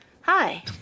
Hi